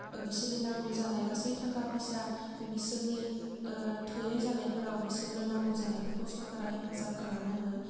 बिसोरनि नांगौ जानाय गासै थाखा फैसा बिसोरनि थोयै जानायफोराव बिसोरनो नांगौ जानायफोरखौ सरकारा हेफाजाब खालामनांगोन